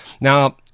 Now